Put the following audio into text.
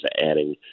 adding